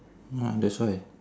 mm that's why